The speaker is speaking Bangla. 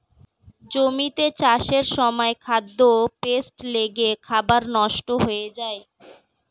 জমিতে চাষের সময় খাদ্যে পেস্ট লেগে খাবার নষ্ট হয়ে যায়